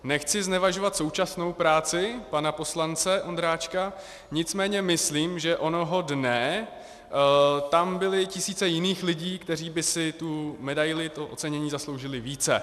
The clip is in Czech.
Nechci znevažovat současnou práci pana poslance Ondráčka, nicméně myslím, že onoho dne tam byly tisíce jiných lidí, kteří by si tu medaili, to ocenění, zasloužili více.